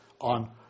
on